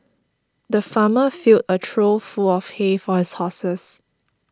the farmer filled a trough full of hay for his horses